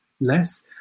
less